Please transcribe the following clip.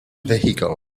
vehicle